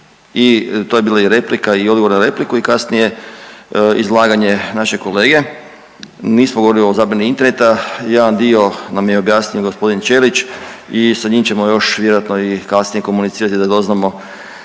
To je bila replika i odgovor na repliku i kasnije izlaganje našeg kolege. Nismo govorili o zbrani interneta. Jedan dio nam je objasnio gospodin Ćelić i sa njim ćemo još vjerojatno i kasnije komunicirati da doznamo